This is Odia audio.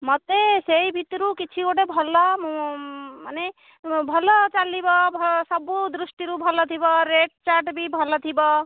ମୋତେ ସେହି ଭିତରୁ କିଛି ଗୋଟିଏ ଭଲ ମାନେ ଭଲ ଚାଲିବ ସବୁ ଦୃଷ୍ଟିରୁ ଭଲ ଥିବ ରେଟ ଚାର୍ଟ ବି ଭଲ ଥିବ